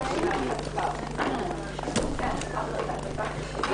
הישיבה ננעלה בשעה 12:00.